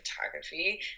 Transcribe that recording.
photography